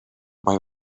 mae